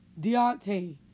Deontay